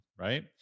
right